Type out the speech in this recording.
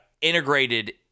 Integrated